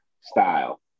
style